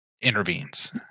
intervenes